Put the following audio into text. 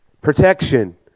Protection